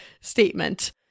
statement